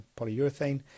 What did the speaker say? polyurethane